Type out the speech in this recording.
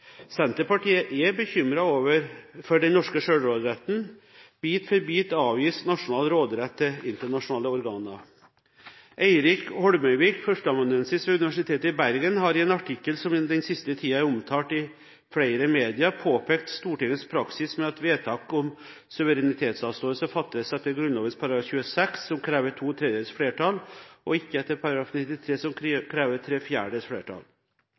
Senterpartiet er bekymret for den norske selvråderetten. Bit for bit avgis nasjonal råderett til internasjonale organer. Eirik Holmøyvik, førsteamanuensis ved Universitetet i Bergen, har i en artikkel som den siste tiden har vært omtalt i flere medier, påpekt Stortingets praksis med at vedtak om suverenitetsavståelse fattes etter Grunnloven § 26, som krever to tredjedels flertall, og ikke etter § 93, som krever tre fjerdedels flertall.